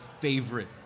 favorite